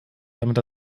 damit